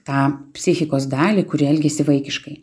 tą psichikos dalį kuri elgiasi vaikiškai